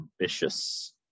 ambitious